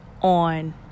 on